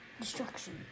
Destruction